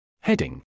Heading